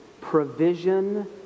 provision